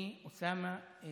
אני, אוסאמה,